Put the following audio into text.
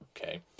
okay